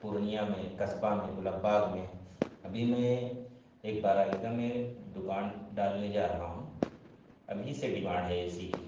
پورنیہ میں قصبہ میں گلاب باغ میں ابھی میں ایک بار عید گاہ میں دکان ڈالنے جا رہا ہوں ابھی سے ڈیمانڈ ہے اے سی کی